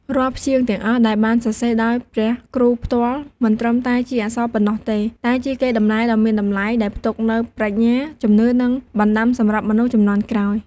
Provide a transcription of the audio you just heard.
រាល់ព្យាង្គទាំងអស់ដែលបានសរសេរដោយព្រះគ្រូផ្ទាល់ មិនត្រឹមតែជាអក្សរប៉ុណ្ណោះទេ តែជា កេរដំណែលដ៏មានតម្លៃ ដែលផ្ទុកនូវប្រាជ្ញា ជំនឿ និងបណ្តាំសម្រាប់មនុស្សជំនាន់ក្រោយ។